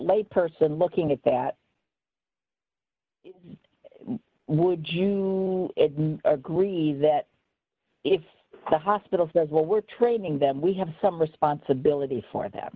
lay person looking at that would you agree that if the hospital says well we're training them we have some responsibility for th